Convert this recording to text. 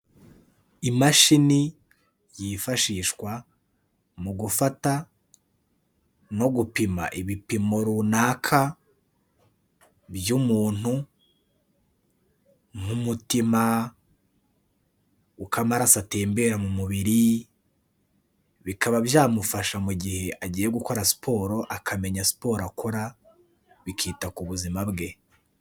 Imashini yifashishwa mu gufata no gupima ibipimo runaka by'umuntu nk'umutima, uko amaraso atembera mu mubiri, bikaba byamufasha mu gihe agiye gukora siporo akamenya siporo akora, bikita ku buzima bwe.